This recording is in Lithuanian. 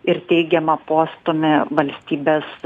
ir teigiamą postūmį valstybės